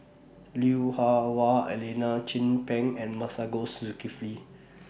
Lui Hah Wah Elena Chin Peng and Masagos Zulkifli